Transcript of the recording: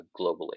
globally